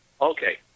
Okay